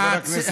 חבר הכנסת טיבי.